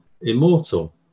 immortal